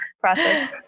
process